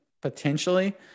Potentially